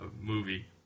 movie